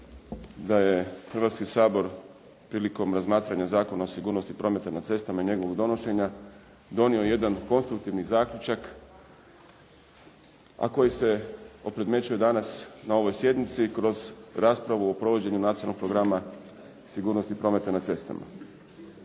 da je Hrvatski sabor prilikom razmatranja Zakona o sigurnosti prometa na cestama i njegovog donošenja, donio jedan konstruktivni zaključak, a koji se opredmećuje danas na ovoj sjednici kroz raspravu o provođenju Nacionalnog programa sigurnosti prometa na cestama.